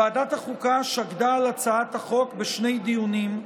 ועדת החוקה שקדה על הצעת החוק בשני דיונים,